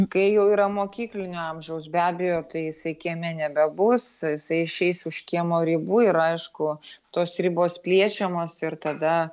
kai jau yra mokyklinio amžiaus be abejo tai jisai kieme nebebus jisai išeis už kiemo ribų ir aišku tos ribos plėšiamos ir tada